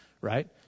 Right